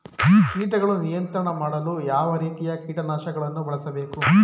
ಕೀಟಗಳ ನಿಯಂತ್ರಣ ಮಾಡಲು ಯಾವ ರೀತಿಯ ಕೀಟನಾಶಕಗಳನ್ನು ಬಳಸಬೇಕು?